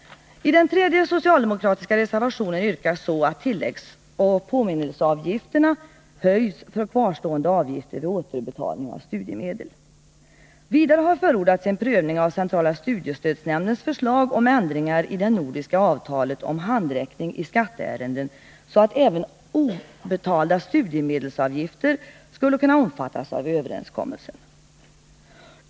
I den tredje socialdemokratiska reservationen yrkas att tilläggsoch påminnelseavgifterna höjs för kvarstående avgifter vid återbetalning av studiemedel. Vidare har förordats en prövning av centrala studiestödsnämndens förslag om ändringar i det nordiska avtalet om handräckning i skatteärenden, så att även obetalda studiemedelsavgifter skulle kunna omfattas av överenskommelsen.